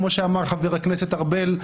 כמו שאמר חבר הכנסת ארבל,